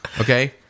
Okay